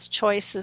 choices